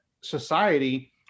society